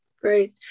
Great